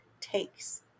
takes